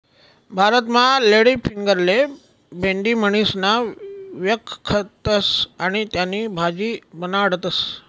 भारतमा लेडीफिंगरले भेंडी म्हणीसण व्यकखतस आणि त्यानी भाजी बनाडतस